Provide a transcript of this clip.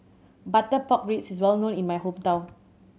butter pork ribs is well known in my hometown